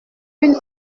une